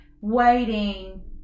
waiting